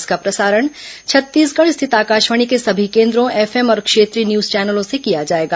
इसका प्रसारण छत्तीसगढ़ स्थित आकाशवाणी के सभी केन्द्रों एफएम और क्षेत्रीय न्यूज चैनलों से किया जाएगा